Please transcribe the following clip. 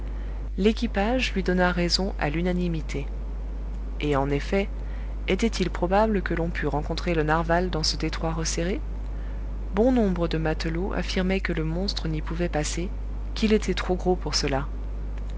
l'équipage lui donna raison à l'unanimité et en effet était-il probable que l'on pût rencontrer le narwal dans ce détroit resserré bon nombre de matelots affirmaient que le monstre n'y pouvait passer qu'il était trop gros pour cela